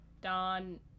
Don